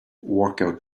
workout